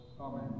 Amen